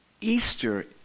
Easter